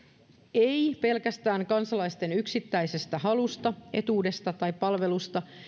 ei pelkästään kansalaisten yksittäisestä halusta etuudesta tai palvelusta